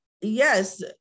Yes